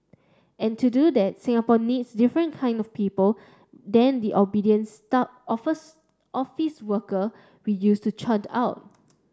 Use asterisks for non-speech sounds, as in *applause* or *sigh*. and to do that Singapore needs different kinds of people than the obedient *unintelligible* office worker we used to churn out